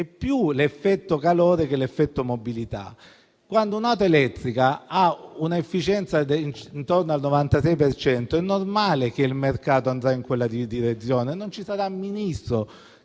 maggiore l'effetto calore che l'effetto mobilità - mentre un'auto elettrica ha un'efficienza intorno al 96 per cento: è normale che il mercato andrà in quella direzione. Non ci sarà Ministro